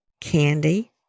candy